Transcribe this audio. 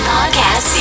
Podcast